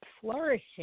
flourishing